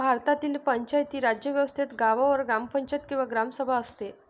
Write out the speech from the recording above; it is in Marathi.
भारतातील पंचायती राज व्यवस्थेत गावावर ग्रामपंचायत किंवा ग्रामसभा असते